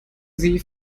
sie